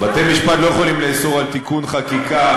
בתי-משפט לא יכולים לאסור תיקון חקיקה,